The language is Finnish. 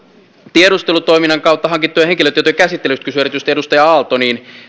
tiedustelutoiminnan kautta hankittujen henkilötietojen käsittelystä kysyi erityisesti edustaja aalto